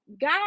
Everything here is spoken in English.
God